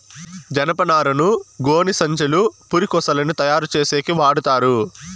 జనపనారను గోనిసంచులు, పురికొసలని తయారు చేసేకి వాడతారు